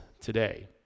today